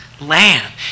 land